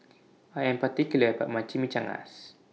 I Am particular about My Chimichangas